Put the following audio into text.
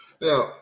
Now